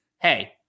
hey